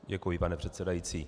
Děkuji, pane předsedající.